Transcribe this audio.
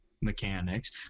mechanics